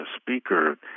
speaker